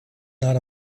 not